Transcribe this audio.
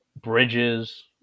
Bridges